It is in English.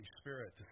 Spirit